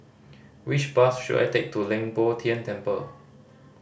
which bus should I take to Leng Poh Tian Temple